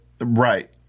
Right